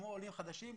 כמו עולים חדשים.